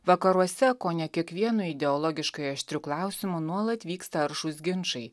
vakaruose kone kiekvienu ideologiškai aštriu klausimu nuolat vyksta aršūs ginčai